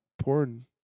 porn